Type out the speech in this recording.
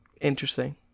Interesting